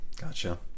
gotcha